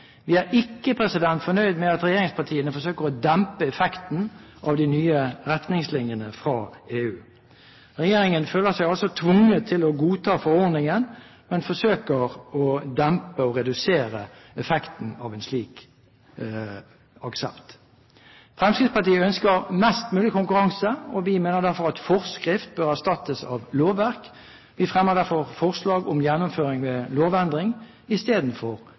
Vi er ikke fornøyd med at regjeringspartiene forsøker å dempe effekten av de nye retningslinjene fra EU. Regjeringen føler seg altså tvunget til å godta forordningen, men forsøker å dempe og redusere effekten av en slik aksept. Fremskrittspartiet ønsker mest mulig konkurranse, og vi mener derfor at forskrift bør erstattes av lovverk. Vi fremmer derfor forslag om gjennomføring ved lovendring istedenfor